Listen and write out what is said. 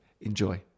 Enjoy